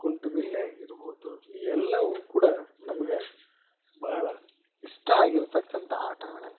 ಕುಂಟಬಿಲ್ಲೆ ಆಗಿರ್ಬೋದು ಈ ಎಲ್ಲವು ಕೂಡ ನಮ್ಗೆ ಭಾಳ ಇಷ್ಟ ಆಗಿರತಕ್ಕಂತ ಆಟಗಳು ಆಯಿತು